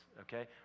okay